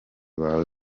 wawe